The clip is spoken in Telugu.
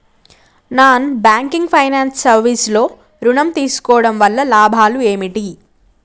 నాన్ బ్యాంకింగ్ ఫైనాన్స్ సర్వీస్ లో ఋణం తీసుకోవడం వల్ల లాభాలు ఏమిటి?